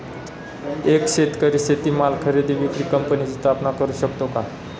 एक शेतकरी शेतीमाल खरेदी विक्री कंपनीची स्थापना करु शकतो का?